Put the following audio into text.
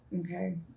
Okay